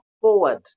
forward